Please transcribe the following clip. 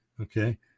okay